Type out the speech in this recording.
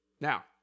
Now